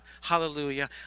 Hallelujah